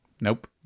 nope